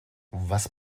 was